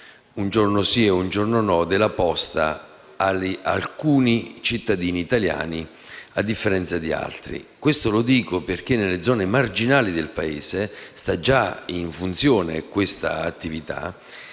(un giorno sì ed uno no) della posta ad alcuni cittadini italiani a differenza di altri: lo dico perché nelle zone marginali del Paese è già in funzione questa modalità.